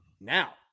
Now